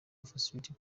facilities